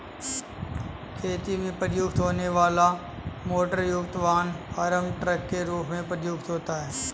खेती में प्रयुक्त होने वाला मोटरयुक्त वाहन फार्म ट्रक के रूप में प्रयुक्त होता है